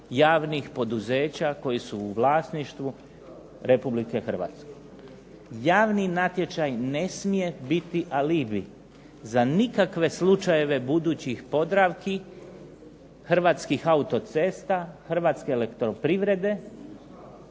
Javni natječaj ne smije biti alibi za nikakve slučajeve budućih POdravki, Hrvatskih autocesta, Hrvatske elektroprivrede.